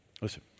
Listen